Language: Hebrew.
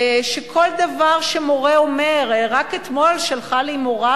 שכל דבר שמורה אומר רק אתמול שלחה לי מורה,